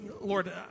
Lord